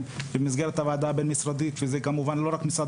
במסגרת הוועדה הבין-משרדית וזה כמובן לא רק משרד